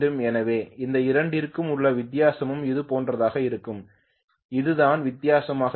எனவே இந்த இரண்டிற்கும் உள்ள வித்தியாசம் இதுபோன்றதாக இருக்கும் இதுதான் வித்தியாசமாக இருக்கும்